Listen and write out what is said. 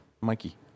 Mikey